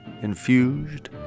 infused